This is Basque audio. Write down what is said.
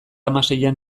hamaseian